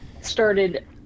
started